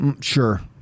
Sure